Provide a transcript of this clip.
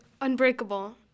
unbreakable